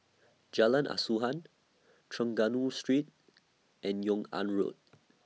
Jalan Asuhan Trengganu Street and Yung An Road